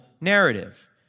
narrative